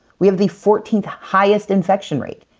we have the fourteenth highest infection rate.